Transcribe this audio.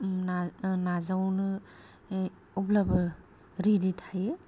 नाजावनो अब्लाबो रेडि थायो